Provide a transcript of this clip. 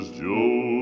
joe